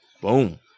Boom